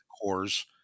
cores